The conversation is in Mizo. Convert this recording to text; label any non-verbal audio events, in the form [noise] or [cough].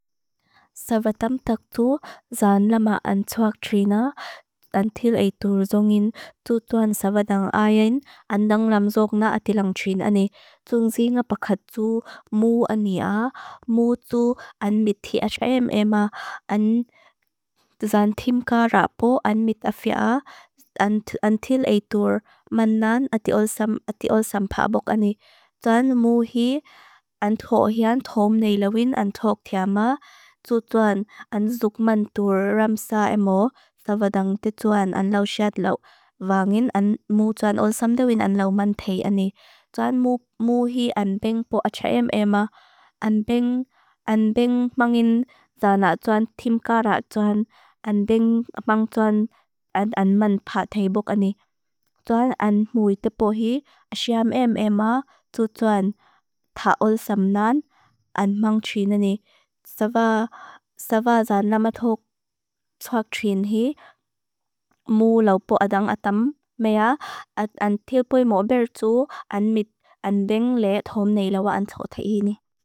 Savatam tak tu zaan lama antuak trina antil eitur zongin tu tuan savadan ajen andang lam zog na ati lang trina ani. Tungzi nga pakatu muu ania, muu tu an miti achayem ema, an [hesitation] zaan timka rapo an mitafia antil [hesitation] eitur man nan ati ol [hesitation] sampabok ani. Tuan muu hii antuak hian thom neila win antuak tiama, tu tuan an zugman tur ramsa emo, savadan te tuan an lau syad lau, vangin an muu tuan ol samdewin an lau man thei ani. Tuan muu [hesitation] hii an beng po achayem ema, an beng [hesitation] mangin zaan na tuan timka rapo tuan, an beng mang tuan an man patei bok ani. Tuan an mui tepo hii achayem ema, tu tuan ta ol sam nan, an mang trina ni. Savadan [hesitation] lama tuak trina hii, muu lau po adang atam mea, at an tilpoi mo bertsu, an mit, an beng le thom neila wan thot hei ani.